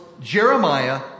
Jeremiah